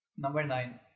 number nine,